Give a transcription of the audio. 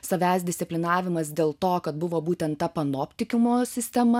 savęs disciplinavimas dėl to kad buvo būtent ta panoptikiumo sistema